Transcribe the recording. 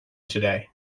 today